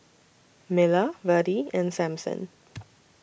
Miller Virdie and Sampson